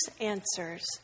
answers